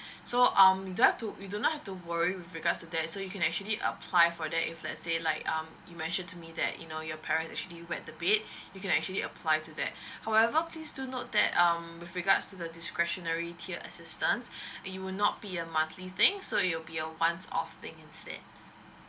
so um you don't have to you do not have to worry with regards to that so you can actually apply for that if let's say like um you mentioned to me that you know your parents actually wet the bed you can actually apply to that however please do note that um with regards to the discretionary tier assistance you will not be a monthly thing so you'll be a once off thing instead